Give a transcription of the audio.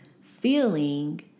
feeling